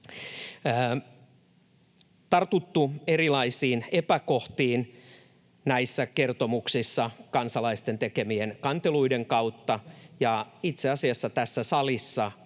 tartuttu erilaisiin epäkohtiin näissä kertomuksissa kansalaisten tekemien kanteluiden kautta, ja itse asiassa tässä salissa